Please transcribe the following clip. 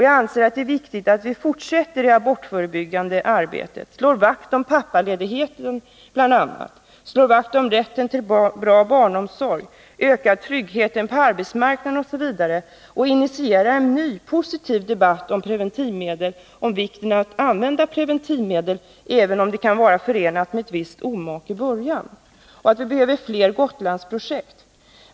Jag anser att det är viktigt att vi fortsätter det abortförebyggande arbetet, slår vakt om pappaledigheten bl.a., slår vakt om rätten till bra barnomsorg, ökar tryggheten på arbetsmarknaden osv. och initierar en ny positiv debatt om preventivmedel —om vikten av att använda sådana även om det kan vara förenat med ett visst omak i början. Vi behöver också fler Gotlandsprojekt.